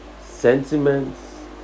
sentiments